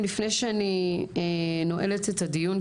לפני שאני נועלת את הדיון,